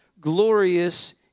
glorious